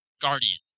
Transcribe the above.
Guardians